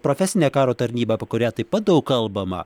profesinė karo tarnyba apie kurią taip pat daug kalbama